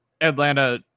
Atlanta